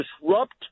disrupt